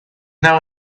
now